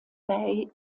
bay